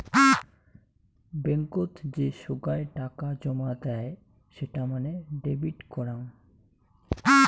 বেঙ্কত যে সোগায় টাকা জমা দেয় সেটা মানে ডেবিট করাং